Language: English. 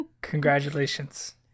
Congratulations